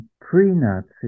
pre-Nazi